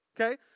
Okay